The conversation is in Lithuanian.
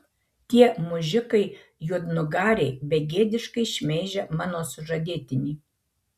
tie mužikai juodnugariai begėdiškai šmeižia mano sužadėtinį